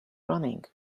running